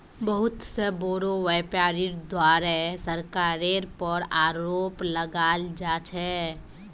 बहुत स बोरो व्यापीरीर द्वारे सरकारेर पर आरोप लगाल जा छेक